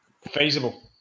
Feasible